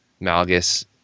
Malgus